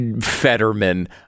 Fetterman